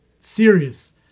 Serious